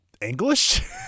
English